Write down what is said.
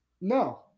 No